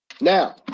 Now